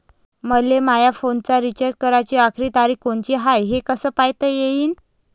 मले माया फोनचा रिचार्ज कराची आखरी तारीख कोनची हाय, हे कस पायता येईन?